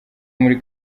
muri